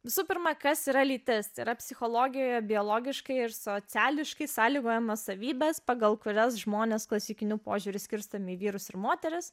visų pirma kas yra lytis tai yra psichologijoje biologiškai ir sociališkai sąlygojamos savybės pagal kurias žmones klasikiniu požiūriu skirstomi į vyrus ir moteris